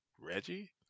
Reggie